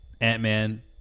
Ant-Man